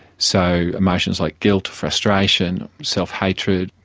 so emotions like guilt, frustration, self hatred,